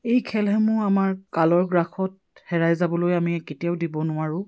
এই খেলসমূহ আমাৰ কালৰ গ্ৰাসত হেৰাই যাবলৈ আমি কেতিয়াও দিব নোৱাৰোঁ